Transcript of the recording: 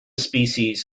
species